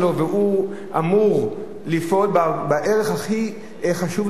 אמור לפעול בערך הכי חשוב לנו,